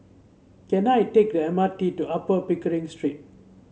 can I take the M R T to Upper Pickering Street